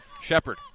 Shepard